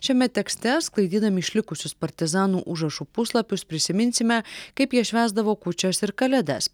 šiame tekste sklaidydami išlikusius partizanų užrašų puslapius prisiminsime kaip jie švęsdavo kūčias ir kalėdas